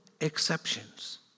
exceptions